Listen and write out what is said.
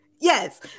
Yes